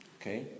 Okay